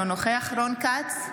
אינו נוכח רון כץ,